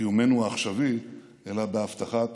קיומנו העכשווי אלא בהבטחת